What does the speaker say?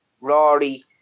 Rory